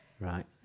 right